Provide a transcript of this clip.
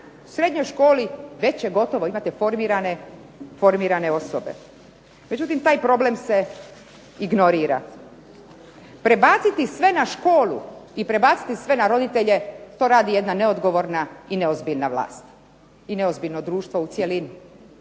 U srednjoj školi već je gotovo imate formirane osobe. Međutim, taj problem se ignorira. Prebaciti sve na školu i prebaciti sve na roditelje to radi jedna neodgovorna i neozbiljna vlast i neozbiljno društvo u cjelini.